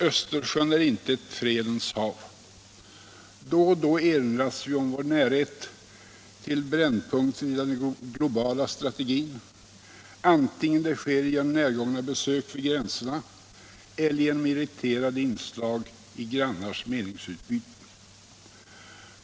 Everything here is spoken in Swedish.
Östersjön är inte ett fredens hav. Då och då erinras vi om vår närhet till brännpunkter i den globala strategin, antingen det sker genom närgångna besök vid gränserna eller genom irriterade inslag i grannars meningsutbyte.